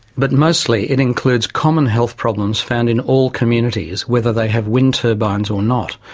but mostly it includes common health problems found in all communities, whether they have wind turbines or not.